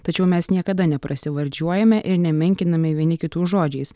tačiau mes niekada ne prasivardžiuojame ir nemenkiname vieni kitų žodžiais